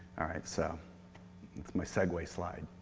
all right so my segue slide